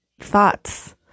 thoughts